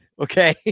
Okay